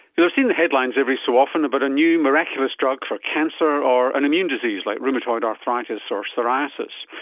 you've seen the headlines every so often about a new miraculous drug for cancer or an immune disease like rheumatoid arthritis or psoriasis.